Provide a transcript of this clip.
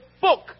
book